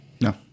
No